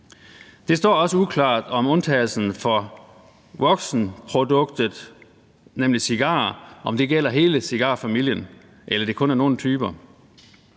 Det står også uklart, om undtagelsen for voksenproduktet, nemlig cigarer, gælder hele cigarfamilien, eller om det kun er nogle typer.